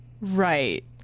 Right